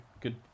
good